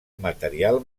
material